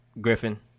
Griffin